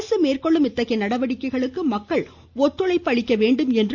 அரசு மேற்கொள்ளும் இத்தகைய நடவடிக்கைகளுக்கு மக்கள் ஒத்துழைப்பு அளிக்கவும் கேட்டுக்கொண்டார்